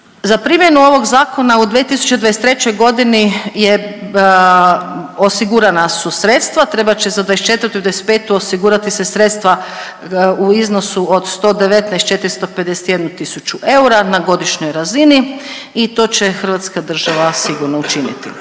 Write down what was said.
Za primjenu ovog zakona u 2023. je osigurana su sredstva. Treba će za '24. i '25. osigurati se sredstva u iznosu od 119.451 eura na godišnjoj razini i to će hrvatska država sigurno učiniti.